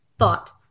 thought